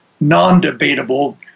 non-debatable